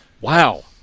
Wow